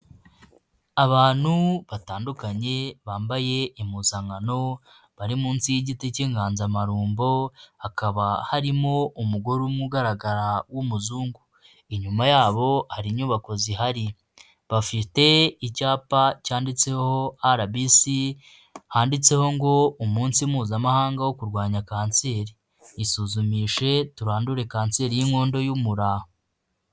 Abantu batandukanye bambaye impuzankano bari munsi y'igiti cy'inganzamarumbo, hakaba harimo umugore umwe ugaragara w'umuzungu, inyuma yabo hari inyubako zihari, bafite icyapa cyanditseho RBC handitseho ngo umunsi mpuzamahanga wo kurwanya kanseri, isuzumishe turandure kanseri y'inkondo y'umura.